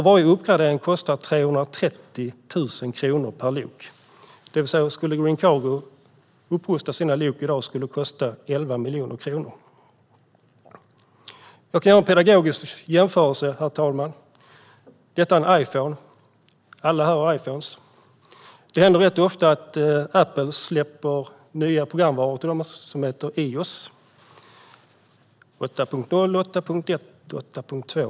Varje uppgradering kostar 330 000 kronor per lok. Skulle Green Cargo upprusta sina lok i dag skulle det alltså kosta 11 miljoner kronor. Jag kan göra en pedagogisk jämförelse, herr talman. Jag har här en Iphone. Det händer rätt ofta att Apple släpper nya versioner av programvaran iOS. Det är 8.0, 8.1 och 8.2.